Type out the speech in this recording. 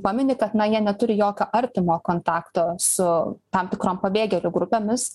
pamini kad na jie neturi jokio artimo kontakto su tam tikrom pabėgėlių grupėmis